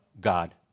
God